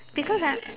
because I